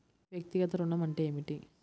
వ్యక్తిగత ఋణం అంటే ఏమిటి?